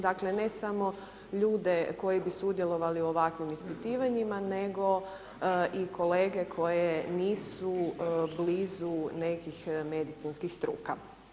Dakle, ne samo ljude koji bi sudjelovali u ovakvim ispitivanjima, nego i kolege koje nisu blizu nekih medicinskih struka.